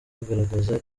bagaragaza